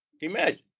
Imagine